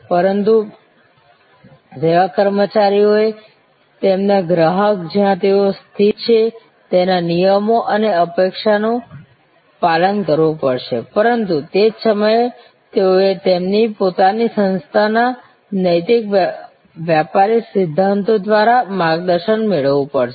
પરંતુ સેવા કર્મચારીઓએ તેમના ગ્રાહક જ્યાં તેઓ સ્થિત છે તેના નિયમો અને અપેક્ષાઓનું પાલન કરવું પડશે પરંતુ તે જ સમયે તેઓએ તેમની પોતાની સંસ્થાના નૈતિક વ્યાપારી સિદ્ધાંતો દ્વારા માર્ગદર્શન મેળવવું પડશે